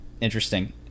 interesting